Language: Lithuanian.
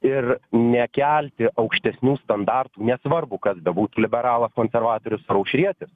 ir nekelti aukštesnių standartų nesvarbu kas bebūtų liberalas konservatorius ar aušrietis